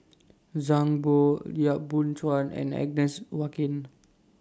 Zhang Bohe Yap Boon Chuan and Agnes Joaquim